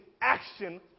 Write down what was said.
action